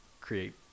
create